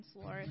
lord